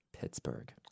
Pittsburgh